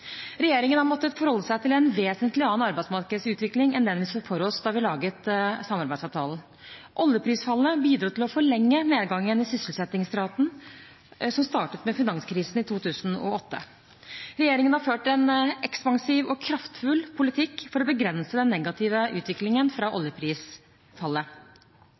Regjeringen har måttet forholde seg til en vesentlig annen arbeidsmarkedsutvikling enn den vi så for oss da vi laget samarbeidsavtalen. Oljeprisfallet bidro til å forlenge nedgangen i sysselsettingsraten som startet med finanskrisen i 2008. Regjeringen har ført en ekspansiv og kraftfull politikk for å begrense den negative utviklingen fra oljeprisfallet.